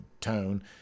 tone